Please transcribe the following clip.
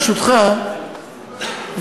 ברשותך,